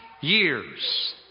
years